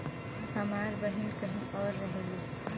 हमार बहिन कहीं और रहेली